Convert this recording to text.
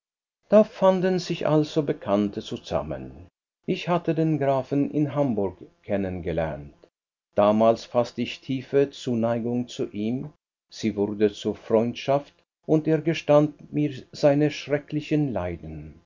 da fanden sich also alte bekannte zusammen ich hatte den grafen in hamburg kennen gelernt damals faßte ich tiefe zuneigung zu ihm sie wurde zur freundschaft und er gestand mir seine schrecklichen leiden